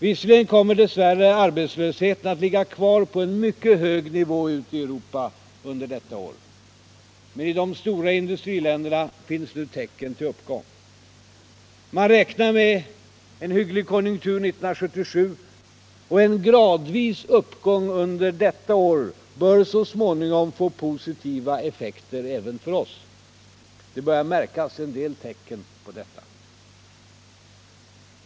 Visserligen kommer arbetslösheten dess värre att ligga kvar på en mycket hög nivå ute i Europa under detta år, men i de stora industriländerna finns nu tecken på en uppgång. Man räknar med en hygglig konjunktur 1977, och en gradvis uppgång under detta år bör så småningom få positiva effekter även för oss. Det börjar märkas en del tecken på detta.